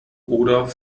oder